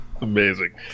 Amazing